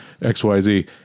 XYZ